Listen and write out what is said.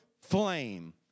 flame